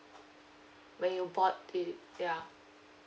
when you bought it ya